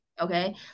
okay